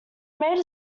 made